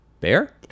bear